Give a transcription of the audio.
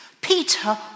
Peter